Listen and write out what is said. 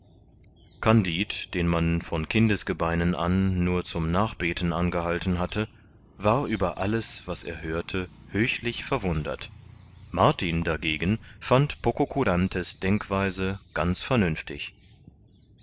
kandid den man von kindesgebeinen an nur zum nachbeten angehalten hatte war über alles was er hörte höchlich verwundert martin dagegen fand pococurante's denkweise ganz vernünftig